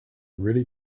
really